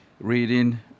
reading